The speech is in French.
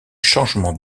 changement